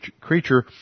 creature